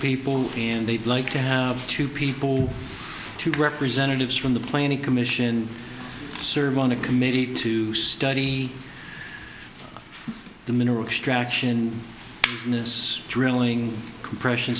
people and they'd like to have two people two representatives from the plane a commission serve on a committee to study the mineral extraction in this drilling compression